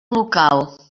local